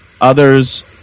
Others